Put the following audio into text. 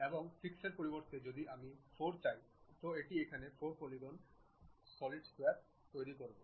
এখন 6 এর পরিবর্তে যদি আমি 4 চাই তো এটি এখানে 4 পলিগন সাইড স্কয়ার তৈরি করবে